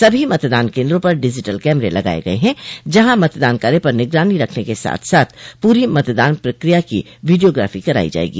सभी मतदान केन्द्रों पर डिजिटल कैमरे लगाये गये हैं जहां मतदान कार्य पर निगरानी रखने के साथ साथ पूरी मतदान प्रक्रिया की वीडियोग्राफी कराई जायेगी